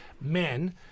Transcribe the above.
men